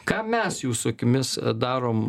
ką mes jūsų akimis darom